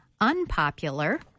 unpopular